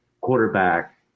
quarterback